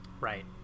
Right